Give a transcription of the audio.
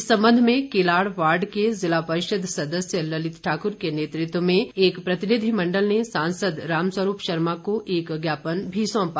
इस संबंध में किलाड़ वार्ड के जिला परिषद सदस्य ललित ठाक्र के नेतृत्व में एक प्रतिनिधिमण्डल ने सांसद राम स्वरूप शर्मा को एक ज्ञापन भी सौंपा